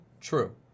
true